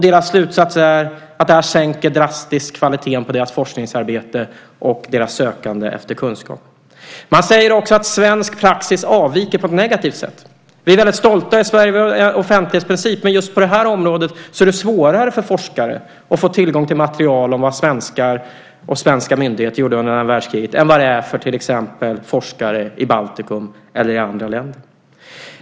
Deras slutsats är att detta drastiskt sänker kvaliteten på deras forskningsarbete och försvårar deras sökande efter kunskap. Man säger också att svensk praxis avviker på ett negativt sätt. Vi är väldigt stolta över vår offentlighetsprincip i Sverige, men just på det här området är det svårare för forskare att få tillgång till material om vad svenskar och svenska myndigheter gjorde under andra världskriget än vad det är för till exempel forskare i Baltikum eller i andra länder.